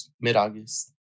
mid-August